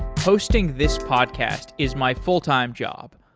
hosting this podcast is my full-time job,